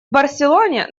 барселоне